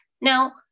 Now